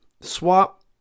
Swap